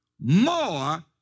more